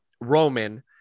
Roman